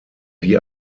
wie